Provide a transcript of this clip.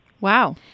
Wow